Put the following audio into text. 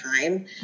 time